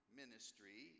ministry